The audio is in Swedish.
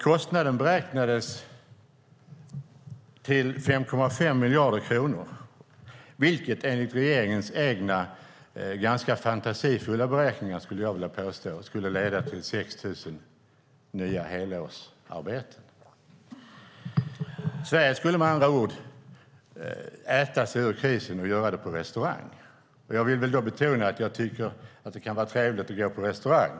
Kostnaden beräknades till 5,5 miljarder kronor, vilket enligt regeringens egna, ganska fantasifulla beräkningar, skulle jag vilja påstå, skulle leda till 6 000 nya helårsarbeten. Sverige skulle med andra ord äta sig ur krisen och göra det på restaurang. Jag vill betona att jag tycker att det kan vara trevligt att gå på restaurang.